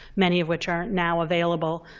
many of which are now available.